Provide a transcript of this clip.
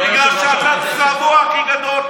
כי אתה הצבוע הכי גדול.